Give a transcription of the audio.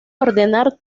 ordenar